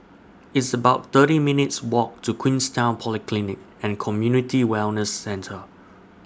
It's about thirty minutes' Walk to Queenstown Polyclinic and Community Wellness Centre